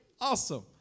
awesome